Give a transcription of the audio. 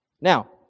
Now